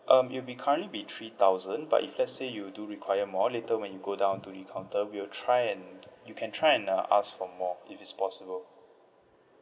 um it'll be currently be three thousand but if let's say you do require more later when you go down to the counter we will try and you can try and uh ask for more if it's possible